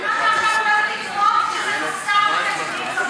על מה שעכשיו הולך לקרות, שזה חסר תקדים בכנסת.